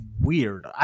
weird